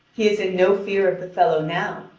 he is in no fear of the fellow now,